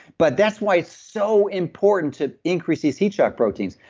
but that's why it's so important to increase these heat shock proteins.